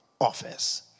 office